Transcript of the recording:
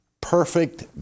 perfect